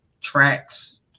tracks